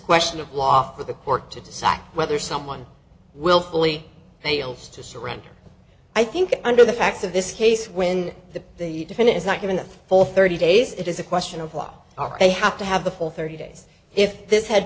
question of law for the court to decide whether someone willfully fails to surrender i think under the facts of this case when the different is not given for thirty days it is a question of law they have to have the full thirty days if this had